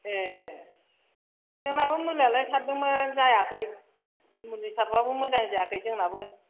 ए जोंनाबो मुलियालाय सारदोंमोन जायाखै मुलि सारब्लाबो मोजां जायाखै जोंनाबो